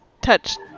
touch